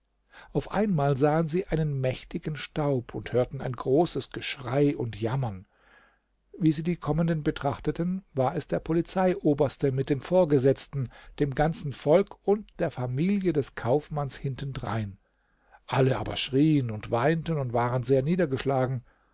auf einmal sahen sie einen mächtigen staub und hörten ein großes geschrei und jammern wie sie die kommenden betrachteten war es der polizeioberste mit den vorgesetzten dem ganzen volk und der familie des kaufmanns hintendrein alle aber schrieen und weinten und waren sehr niedergeschlagen